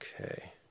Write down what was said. Okay